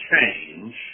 change